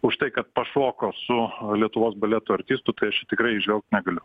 už tai kad pašoko su lietuvos baleto artistu tai aš tikrai įžvelgti negaliu